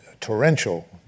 torrential